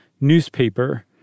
newspaper